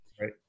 Right